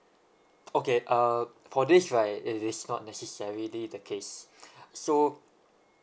okay uh for this right it is not necessarily the case so